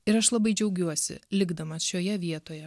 ir aš labai džiaugiuosi likdamas šioje vietoje